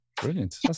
Brilliant